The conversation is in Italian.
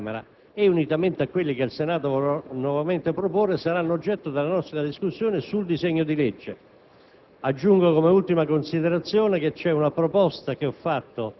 erano stati presentati e poi ritirati alla Camera, unitamente a quelli che il Senato intenderà nuovamente proporre saranno oggetto della nostra discussione sul disegno di legge.